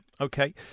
Okay